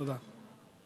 תודה.